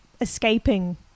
escaping